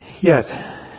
Yes